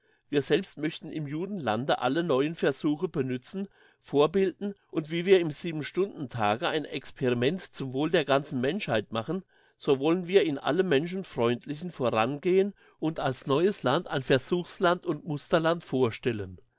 wir selbst möchten im judenlande alle neuen versuche benützen fortbilden und wie wir im siebenstundentage ein experiment zum wohle der ganzen menschheit machen so wollen wir in allem menschenfreundlichen vorangehen und als neues land ein versuchsland und musterland vorstellen